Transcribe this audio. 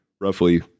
roughly